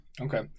Okay